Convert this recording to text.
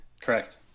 Correct